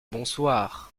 bonsoir